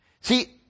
See